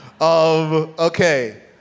okay